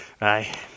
Aye